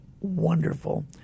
wonderful